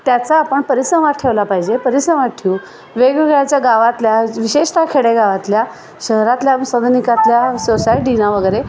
त्याचा आपण परिसंवाद ठेवला पाहिजे परिसंवाद ठेवून वेगवेगळ्याच्या गावातल्या विशेषताः खेडेगावातल्या शहरातल्या सदनिकातल्या सोसाईटीने वगैरे